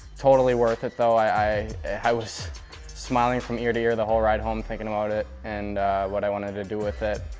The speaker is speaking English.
totally worth it, though. i i was smiling from ear to ear the whole ride home thinking about it and what i wanted to do with it.